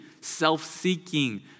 self-seeking